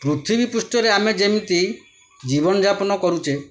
ପୃଥିବୀ ପୃଷ୍ଠରେ ଆମେ ଯେମିତି ଜୀବନଯାପନ କରୁଛେ